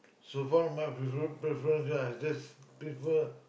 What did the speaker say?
so far my prefer~ preference I just prefer